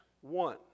one